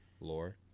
Lore